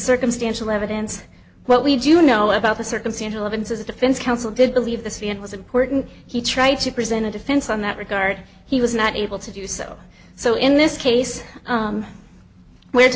circumstantial evidence what we do know about the circumstantial evidence is the defense counsel did believe the city and was important he tried to present a defense on that regard he was not able to do so so in this case where